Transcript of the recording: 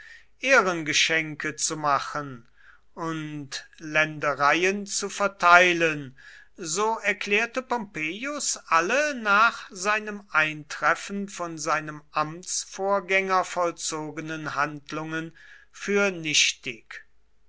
ehrengeschenke zu machen und ländereien zu verteilen so erklärte pompeius alle nach seinem eintreffen von seinem amtsvorgänger vollzogenen handlungen für nichtig